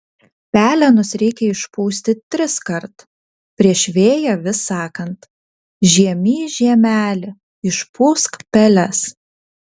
pelenus reikia išpūsti triskart prieš vėją vis sakant žiemy žiemeli išpūsk peles